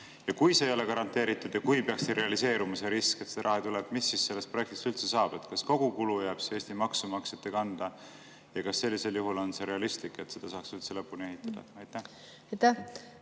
Ja kui see ei ole garanteeritud ja kui peaks realiseeruma see risk, et seda raha ei tule, mis siis sellest projektist üldse saab? Kas kogu kulu jääb Eesti maksumaksjate kanda? Kas sellisel juhul on realistlik, et seda saaks üldse lõpuni ehitada? Aitäh!